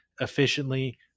efficiently